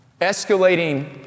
Escalating